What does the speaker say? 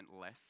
less